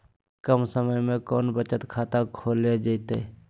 कम समय में कौन बचत खाता खोले जयते?